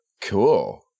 Cool